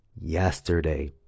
yesterday